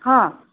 हां